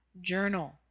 journal